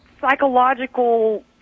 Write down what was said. psychological